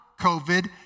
COVID